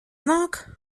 nāk